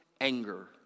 anger